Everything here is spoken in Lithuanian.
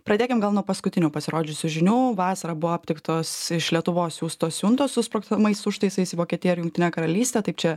pradėkim gal nuo paskutinių pasirodžiusių žinių vasarą buvo aptiktos iš lietuvos siųstos siuntos su sprogstamais užtaisais į vokietiją ir jungtinę karalystę taip čia